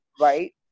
right